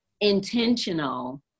intentional